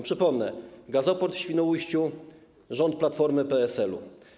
Przypomnę: gazoport w Świnoujściu - rząd Platformy i PSL-u.